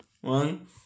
one